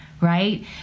right